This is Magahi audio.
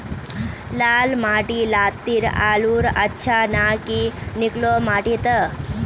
लाल माटी लात्तिर आलूर अच्छा ना की निकलो माटी त?